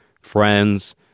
friends